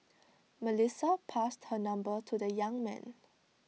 Melissa passed her number to the young man